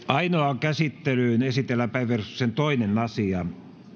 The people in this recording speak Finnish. ainoaan käsittelyyn esitellään päiväjärjestyksen toinen asia